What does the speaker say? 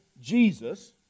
Jesus